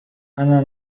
أنا